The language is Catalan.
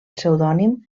pseudònim